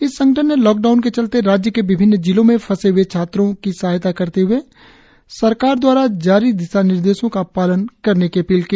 इस संगठन ने लॉकडाउन के चलते राज्य के विभिन्न जिलों के फंसे हए छात्रों की सहायता करते हए सरकार द्वारा जारी दिशानिर्देशों का पालन करने की अपील की